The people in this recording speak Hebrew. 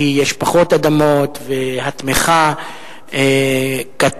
כי יש פחות אדמות והתמיכה קטנה.